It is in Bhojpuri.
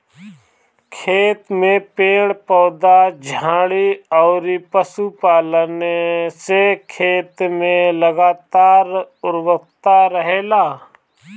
खेत में पेड़ पौधा, झाड़ी अउरी पशुपालन से खेत में लगातार उर्वरता रहेला